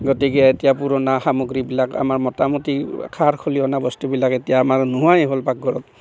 গতিকে এতিয়া পুৰণা সামগ্ৰীবিলাক আমাৰ মোটামুটি খাৰ খলিহনা বস্তুবিলাক এতিয়া আমাৰ নোহোৱাই হ'ল পাকঘৰত